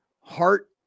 heart